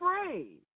afraid